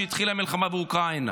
כשהתחילה המלחמה באוקראינה,